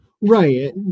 Right